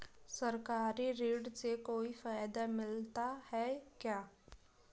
सरकारी ऋण से कोई फायदा मिलता है क्या?